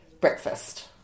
breakfast